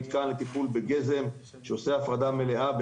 מתקן לטיפול בגזם שעושה הפרדה מלאה.